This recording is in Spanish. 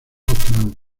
oakland